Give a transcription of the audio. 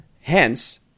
Hence